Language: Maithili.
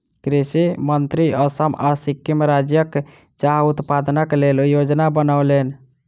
कृषि मंत्री असम आ सिक्किम राज्यक चाह उत्पादनक लेल योजना बनौलैन